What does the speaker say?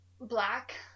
Black